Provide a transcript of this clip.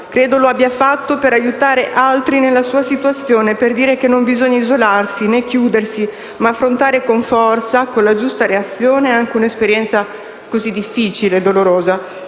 Credo lo abbia fatto per aiutare altri nella sua situazione, per dire che non bisogna isolarsi, né chiudersi ma affrontare con forza, con la “giusta reazione”, anche una esperienza così difficile e dolorosa.